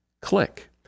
Click